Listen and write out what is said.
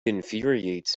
infuriates